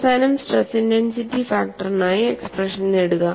അവസാനം stress intensity ഫാക്ടറിനായി expression നേടുക